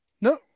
No